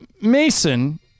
Mason